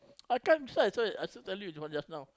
I can't und~ so I still also tell you what just now